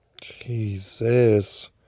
Jesus